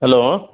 hello